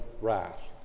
wrath